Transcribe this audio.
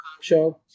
show